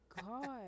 God